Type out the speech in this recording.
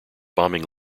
bombing